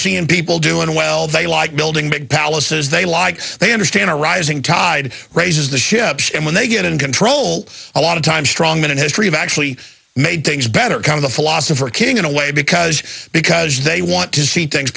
seeing people doing well they like building big palaces they like they understand a rising tide raises the ships and when they get in control a lot of time strongmen and history of actually made things better come the philosopher king in a way because because they want to see things